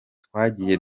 twagiye